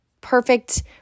perfect